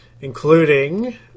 including